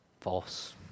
False